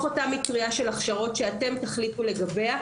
אותה מטריה של הכשרות שאתם תחליטו לגביה.